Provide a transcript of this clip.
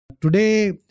Today